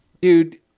dude